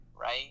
right